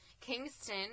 Kingston